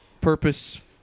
purpose